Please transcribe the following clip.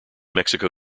mexico